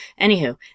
Anywho